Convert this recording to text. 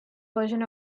version